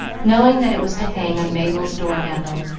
knowing that it was to hang on mabel's door-handle.